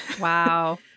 Wow